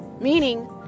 meaning